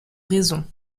raisons